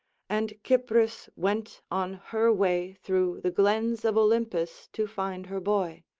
and cypris went on her way through the glens of olympus to find her boy.